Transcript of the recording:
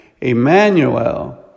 Emmanuel